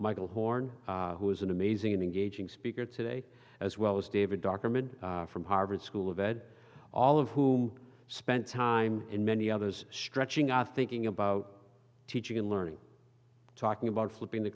michael horn who is an amazing and engaging speaker today as well as david document from harvard school of ed all of whom spent time in many others stretching our thinking about teaching and learning talking about flipping the